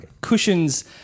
Cushions